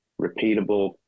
repeatable